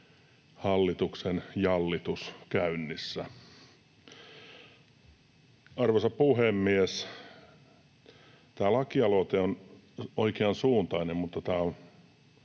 hallituksen jallitus käynnissä. Arvoisa puhemies! Tämä lakialoite on oikean suuntainen, mutta tämä on